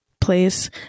place